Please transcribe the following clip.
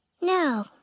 No